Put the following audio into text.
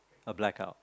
a black out